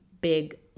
big